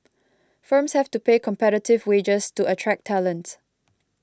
firms have to pay competitive wages to attract talent